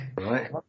Right